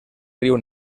riu